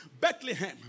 Bethlehem